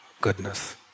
goodness